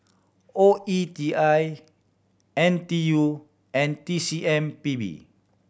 O E T I N T U and T C M P B